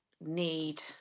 need